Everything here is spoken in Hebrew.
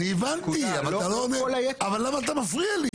אני הבנתי, אבל למה אתה מפריע לי?